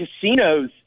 casinos